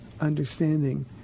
understanding